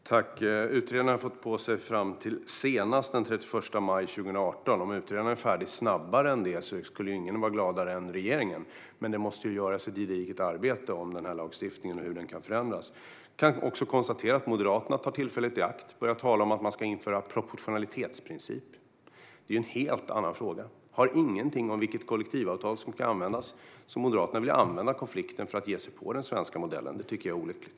Herr talman! Utredningen har fått på sig tiden fram till senast den 31 maj 2018. Om utredningen är färdig snabbare skulle ingen vara gladare än regeringen, men det måste göras ett gediget arbete om denna lagstiftning och hur den kan förändras. Jag kan konstatera att Moderaterna tar tillfället i akt och börjar tala om att man ska införa en proportionalitetsprincip. Det är en helt annan fråga. Det har ingenting att göra med vilket kollektivavtal som ska användas. Moderaterna vill använda konflikten för att ge sig på den svenska modellen. Det tycker jag är olyckligt.